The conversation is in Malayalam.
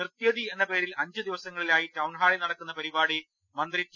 നൃത്യതി എന്ന പേരിൽ അഞ്ചുദിവസങ്ങളി ലായി ടൌൺഹാളിൽ നടക്കുന്ന പരിപാടി മന്ത്രി ടി